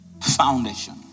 foundation